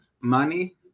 money